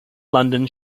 london